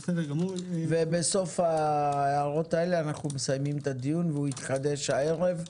בסוף ההערות האלה נסיים את הדיון והוא יתחדש בערב.